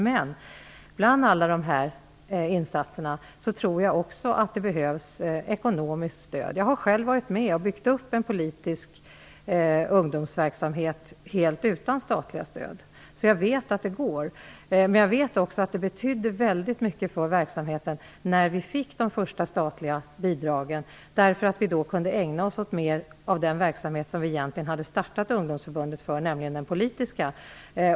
Men utöver alla dessa insatser tror jag att det också behövs ekonomiskt stöd. Jag har själv varit med om att bygga upp en politisk ungdomsverksamhet helt utan statliga stöd, så jag vet att det går. Men jag vet också att det, när vi fick de första statliga bidragen, betydde väldigt mycket för verkamheten. Vi kunde då ägna oss mer åt den verksamhet som vi egentligen hade startat ungdomsförbundet för, nämligen den politiska.